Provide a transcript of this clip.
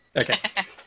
Okay